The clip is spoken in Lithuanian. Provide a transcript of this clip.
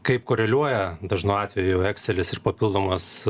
kaip koreliuoja dažnu atveju ekselis ir papildomos